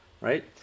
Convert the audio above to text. right